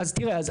אז תראה,